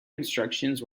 instructions